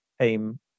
aim